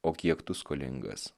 o kiek tu skolingas